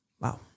wow